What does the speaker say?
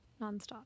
Nonstop